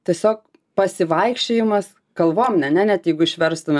tiesiog pasivaikščiojimas kalvom ane net jeigu išverstumėm